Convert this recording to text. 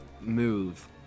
move